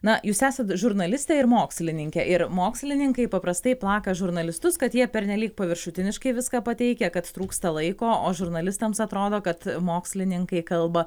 na jūs esat žurnalistė ir mokslininke ir mokslininkai paprastai plaka žurnalistus kad jie pernelyg paviršutiniškai viską pateikia kad trūksta laiko o žurnalistams atrodo kad mokslininkai kalba